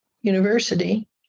university